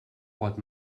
pot